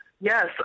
Yes